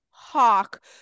hawk